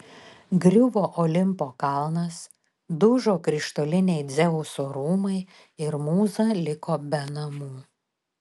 griuvo olimpo kalnas dužo krištoliniai dzeuso rūmai ir mūza liko be namų